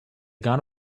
gone